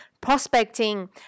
prospecting